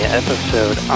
episode